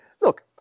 look